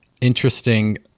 interesting